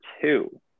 two